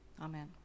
amen